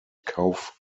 kauf